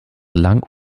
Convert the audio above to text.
lang